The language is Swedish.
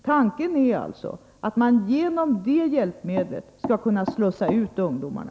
Tanken är alltså att man genom detta hjälpmedel skall kunna slussa ut ungdomarna.